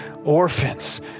Orphans